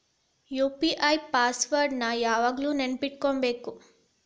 UPI password ನ ಯಾವಾಗ್ಲು ನೆನ್ಪಿಟ್ಕೊಂಡಿರ್ಬೇಕು